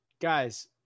guys